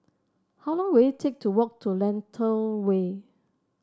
how long will it take to walk to Lentor Way